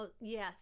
Yes